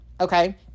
okay